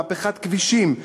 מהפכת כבישים,